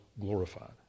glorified